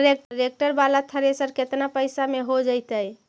Tractor बाला thresher केतना पैसा में हो जैतै?